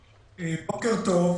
טוב,